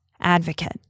advocate